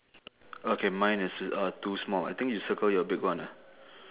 okay mine is uh two small I think you circle your big one ah